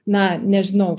na nežinau